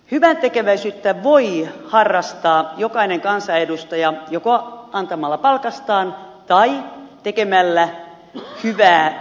hyväntekeväisyyttä voi harrastaa jokainen kansanedustaja joko antamalla palkastaan tai tekemällä hyvää